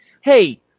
hey